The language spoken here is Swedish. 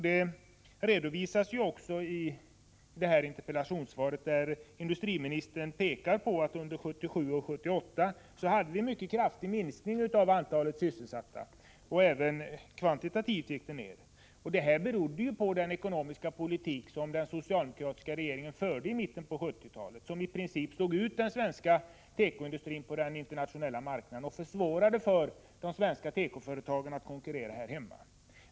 Detta redovisas också i interpellationssvaret, där industriministern pekar på att det under 1977 och 1978 skedde en mycket kraftig minskning av antalet sysselsatta och även en kvantitativ minskning. Detta berodde på den ekonomiska politik som den socialdemokratiska regeringen förde i mitten av 1970-talet och som i princip slog ut den svenska tekoindustrin på den internationella marknaden och försvårade för de svenska tekoföretagen att konkurrera här hemma.